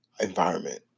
Environment